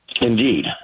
Indeed